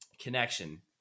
connection